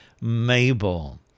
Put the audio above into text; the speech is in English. Mabel